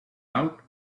out